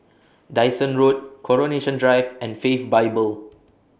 Dyson Road Coronation Drive and Faith Bible